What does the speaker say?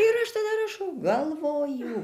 ir aš ten rašau galvoju